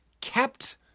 kept